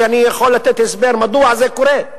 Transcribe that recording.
אני יכול לתת הסבר מדוע זה קורה,